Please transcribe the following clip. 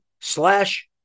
slash